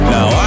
Now